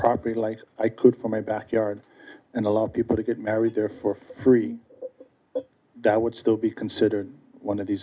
populates i could for my backyard and allow people to get married there for free that would still be considered one of these